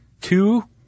two